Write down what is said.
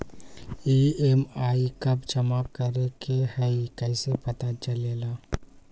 EMI कव जमा करेके हई कैसे पता चलेला?